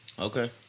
Okay